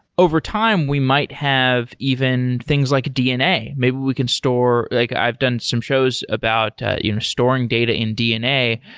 overtime, we might have even things like dna. maybe we can store like i've done some shows about you know storing data in dna.